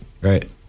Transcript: Right